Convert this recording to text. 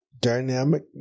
Dynamic